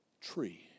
tree